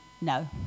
No